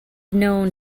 known